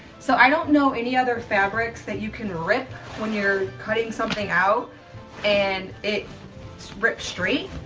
so i don't know any other fabrics that you can rip when you're cutting something out and it rip straight.